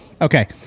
Okay